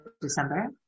December